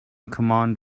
command